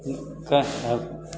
कि आब